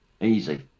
Easy